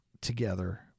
together